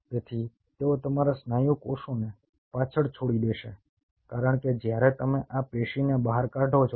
તેથી તેઓ તમારા સ્નાયુ કોષોને પાછળ છોડી દેશે કારણ કે જ્યારે તમે આ પેશીને બહાર કાઢો છો